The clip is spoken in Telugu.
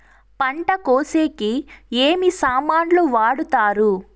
పంట కోసేకి ఏమి సామాన్లు వాడుతారు?